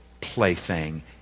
plaything